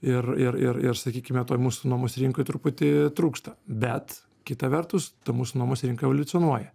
ir ir ir sakykime toj mūsų nuomos rinkoj truputį trūksta bet kita vertus ta mūsų nuomos rinka evoliucijonuoja